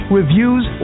reviews